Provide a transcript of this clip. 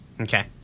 Okay